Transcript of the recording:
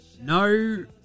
No